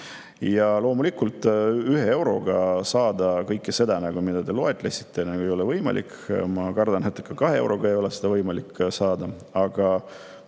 Loomulikult 1 euroga saada kõike seda, mida te loetlesite, ei ole võimalik. Ma kardan natuke, et ka 2 euroga ei ole seda võimalik saada. Aga,